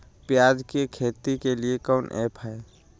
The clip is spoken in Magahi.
प्याज के खेती के लिए कौन ऐप हाय?